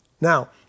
Now